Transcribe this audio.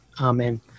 Amen